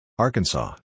Arkansas